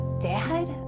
Dad